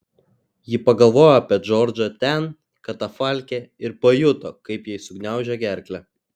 ji pagalvojo apie džordžą ten katafalke ir pajuto kaip jai sugniaužė gerklę